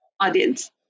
audience